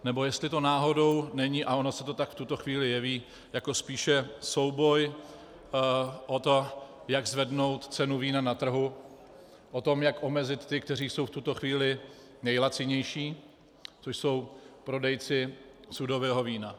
Nebo jestli to náhodou není, a ono se to tak v tuto chvíli jeví, jako spíše souboj o to, jak zvednout cenu vína na trhu, o to, jak omezit ty, kteří jsou v tuto chvíli nejlacinější, což jsou prodejci sudového vína.